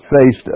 faced